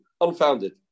unfounded